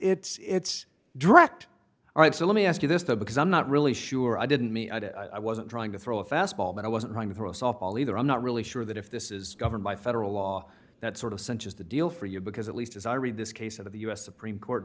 yet it's direct all right so let me ask you this though because i'm not really sure i didn't mean i wasn't trying to throw a fastball but i wasn't trying to throw a softball either i'm not really sure that if this is governed by federal law that sort of cinches the deal for you because at least as i read this case of the u s supreme court